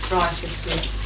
righteousness